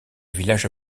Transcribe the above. village